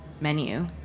menu